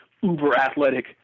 uber-athletic